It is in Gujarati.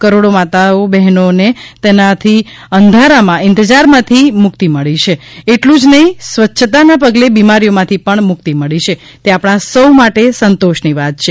કરોડો માતાઓ બહેનોને તેનાથી અંધારાના ઇંતજારમાંથી મુક્તિ મળી છે એટલું જ નહીં સ્વચ્છતાના પગલે બિમારીઓમાંથી પણ મુક્તિ મળી છે તે આપણા સૌ માટે સંતોષની વાત છે